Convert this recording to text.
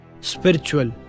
spiritual